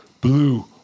blue